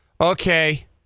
Okay